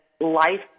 life